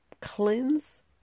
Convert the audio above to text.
cleanse